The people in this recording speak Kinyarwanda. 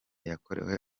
yakorewe